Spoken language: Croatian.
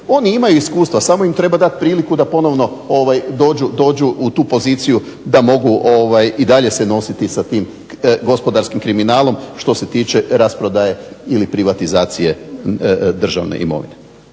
Oni imaju iskustva, samo im treba dati priliku da ponovno dođu u tu poziciju da mogu i dalje se nositi sa tim gospodarskim kriminalom što se tiče rasprodaje ili privatizacije državne imovine.